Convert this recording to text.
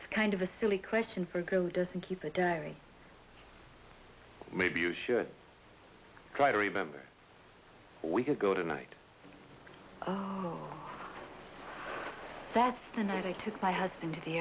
the kind of a silly question for go doesn't keep a diary maybe you should try to remember we could go tonight and i took my husband to the